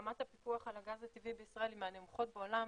רמת הפיקוח על הגז הטבעי בישראל היא מהנמוכות בעולם,